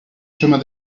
chemin